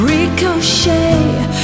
Ricochet